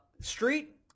street